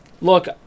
Look